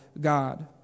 God